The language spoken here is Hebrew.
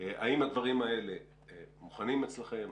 האם הדברים האלה מוכנים אצלכם?